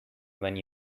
when